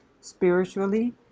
spiritually